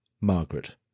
Margaret